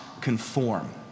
conform